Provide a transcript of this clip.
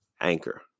Anchor